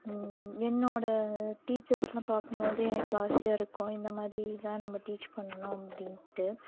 என்னோடய டீச்சர்ஸெலாம் பார்க்கும் போது எனக்கு ஆசையாயிருக்கும் இந்த மாதிரி தான் நம்ம டீச் பண்ணணும் அப்படின்னுட்டு